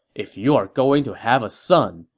if you're going to have a son,